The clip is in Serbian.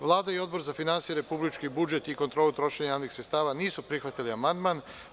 Vlada i Odbor za finansije, republički budžet i kontrolu trošenja javnih sredstava nisu prihvatili amandman.